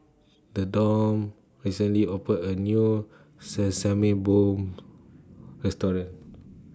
Thedore recently opened A New Sesame Balls Restaurant